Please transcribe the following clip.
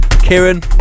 Kieran